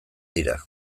dira